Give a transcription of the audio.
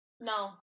No